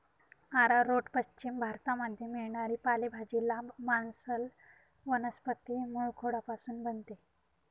arrowroot पश्चिम भारतामध्ये मिळणारी पालेभाजी, लांब, मांसल वनस्पती मूळखोडापासून बनते